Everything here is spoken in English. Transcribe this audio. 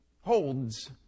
holds